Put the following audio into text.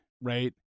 right